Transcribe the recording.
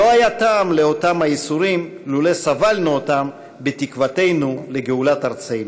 לא היה טעם לאותם הייסורים לולא סבלנו אותם בתקוותנו לגאולת ארצנו".